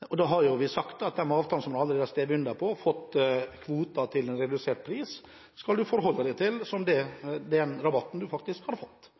Det betyr at i samband med de avtalene som allerede er skrevet under på – når man har fått kvoter til redusert pris – skal man forholde seg til den rabatten man faktisk har fått.